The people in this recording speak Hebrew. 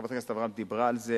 חברת הכנסת אברהם דיברה על זה,